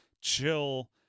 chill